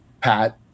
Pat